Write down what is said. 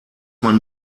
man